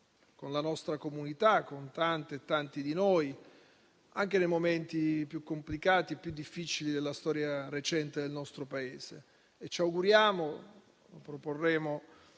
con la nostra comunità e con tante e tanti di noi, anche nei momenti più complicati e più difficili della storia recente del nostro Paese. Ci auguriamo, come proporremo